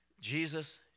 Jesus